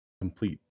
complete